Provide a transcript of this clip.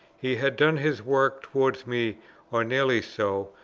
he had done his work towards me or nearly so,